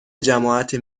جماعت